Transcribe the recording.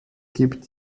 gibt